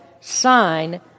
sign